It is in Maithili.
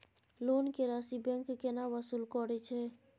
लोन के राशि बैंक केना वसूल करे छै?